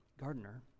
gardener